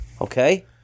Okay